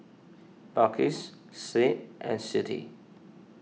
Balqis Said and Siti